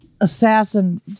assassin